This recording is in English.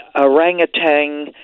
Orangutan